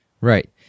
Right